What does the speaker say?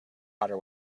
hotter